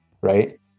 right